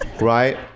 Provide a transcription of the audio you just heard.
right